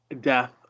death